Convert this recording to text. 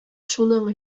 шуның